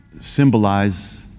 symbolize